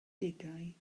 degau